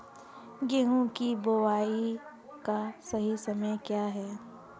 गेहूँ की बुआई का सही समय क्या है?